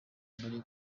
mbere